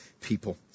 people